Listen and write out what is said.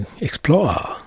explore